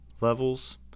levels